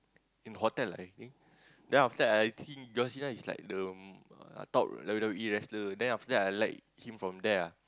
in hotel right I think then after that I think John-Cena is like the uh top W_W_E wrestler then after I like him from there ah